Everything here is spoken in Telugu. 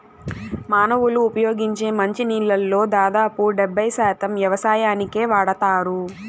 మానవులు ఉపయోగించే మంచి నీళ్ళల్లో దాదాపు డెబ్బై శాతం వ్యవసాయానికే వాడతారు